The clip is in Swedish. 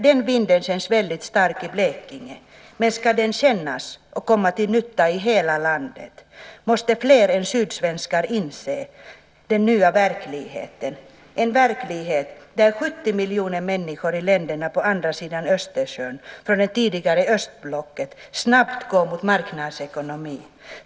Den vinden känns väldigt stark i Blekinge, men om den ska kännas och komma till nytta i hela landet måste fler än sydsvenskar inse den nya verkligheten, en verklighet där 70 miljoner människor i länderna på andra sidan Östersjön från det tidigare östblocket snabbt går mot marknadsekonomi.